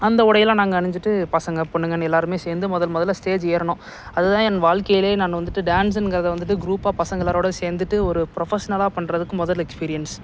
அந்த உடையெல்லாம் நாங்கள் அணிஞ்சுகிட்டு பசங்கள் பொண்ணுங்கனு எல்லாேருமே சேர்ந்து முதல் முதல்ல ஸ்டேஜி ஏறினோம் அது தான் என் வாழ்க்கைலே நான் வந்துட்டு டான்ஸுன்னுங்கிறத வந்துட்டு குரூப்பாக பசங்கள் எல்லாேரோடையும் சேர்ந்துட்டு ஒரு ப்ரொஃபஷ்னலாக பண்ணுறதுக்கு முதல் எக்ஸ்பீரியன்ஸ்